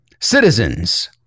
Citizens